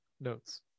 notes